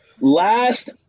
last